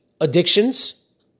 addictions